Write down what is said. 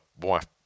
wife